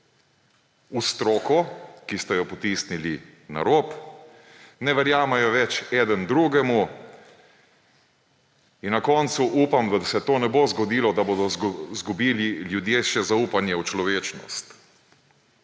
v stroko, ki ste jo potisnili na rob, ne verjamejo več eden drugemu. In upam, da se to ne bo zgodilo, da na koncu bodo izgubili ljudje še zaupanje v človečnost.